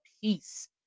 peace